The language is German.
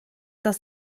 das